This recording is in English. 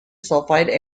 sulfide